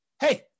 hey